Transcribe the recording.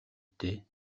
дээ